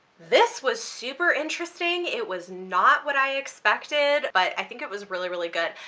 this was super interesting. it was not what i expected, but i think it was really really good.